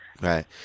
Right